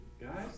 Guys